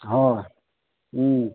হয়